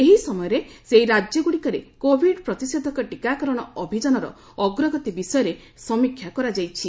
ଏହି ସମୟରେ ସେହି ରାଜ୍ୟ ଗୁଡ଼ିକରେ କୋବିଡ୍ ପ୍ରତିଷେଧକ ଟିକାକରଣ ଅଭିଯାନର ଅଗ୍ରଗତି ବିଷୟରେ ସମୀକ୍ଷା କରାଯାଇଛି